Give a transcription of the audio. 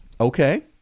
Okay